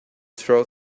throw